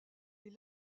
est